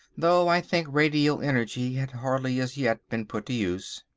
though i think radial energy had hardly as yet been put to use.